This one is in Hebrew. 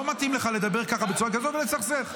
לא מתאים לך לדבר ככה בצורה כזאת ולסכסך.